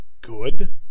good